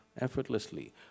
effortlessly